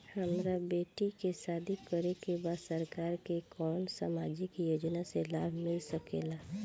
हमर बेटी के शादी करे के बा सरकार के कवन सामाजिक योजना से लाभ मिल सके ला?